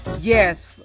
Yes